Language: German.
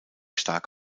stark